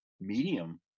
medium